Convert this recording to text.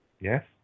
Yes